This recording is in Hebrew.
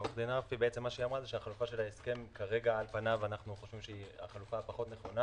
ומה שאמרה עורכת הדין ארפי שההחלפה של ההסכם היא פחות נכונה,